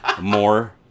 more